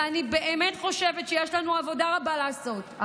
ואני באמת חושבת שיש לנו עבודה רבה לעשות,